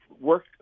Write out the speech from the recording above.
work